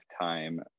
time